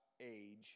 age